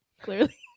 clearly